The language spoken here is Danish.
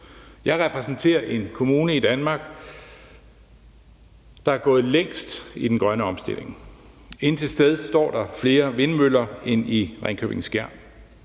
Jeg repræsenterer en kommune i Danmark, der har gået længst i den grønne omstilling. Intet sted står der flere vindmøller ind i Ringkøbing-Skjern,